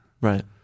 Right